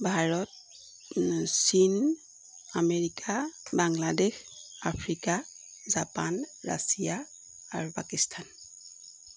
ভাৰত চীন America Bangladesh Africa Japan Russia আৰু পাকিস্তান